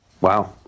Wow